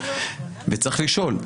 וצריך לשאול,